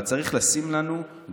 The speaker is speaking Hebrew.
אבל צריך לשים לנו,